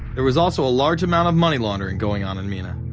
there was also a large amount of money laundering going on in mena.